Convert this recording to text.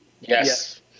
Yes